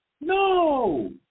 No